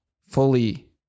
fully